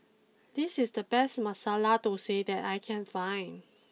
this is the best Masala Dosa that I can find